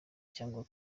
cyangwa